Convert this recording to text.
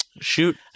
Shoot